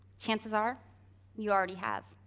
chances are you already have.